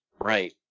Right